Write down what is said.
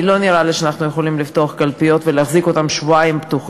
לא נראה לי שאנחנו יכולים לפתוח קלפיות ולהחזיק אותן פתוחות